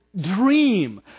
dream